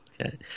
Okay